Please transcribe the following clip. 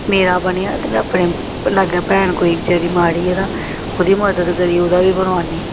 मेरा बनेआ ते में अपने लाग्गै भैन कोई बेचारी माड़ी ऐ तां ओह्दी मदद करी ओह्दा बी बनोआनी